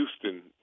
Houston